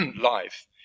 life